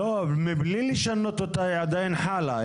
לא, מבלי לשנות אותה היא עדיין חלה.